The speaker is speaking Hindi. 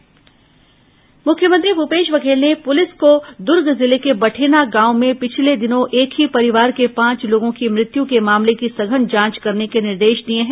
बठेना कांड मुख्यमंत्री भूपेश बघेल ने पुलिस को दुर्ग जिले के बठेना गांव में पिछले दिनों एक ही परिवार के पांच लोगों की मत्य के मामले की सघन जांच करने के निर्देश दिए हैं